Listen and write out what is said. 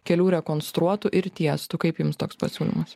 kelių rekonstruotų ir tiestų kaip jum toks pasiūlymas